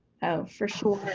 for sure,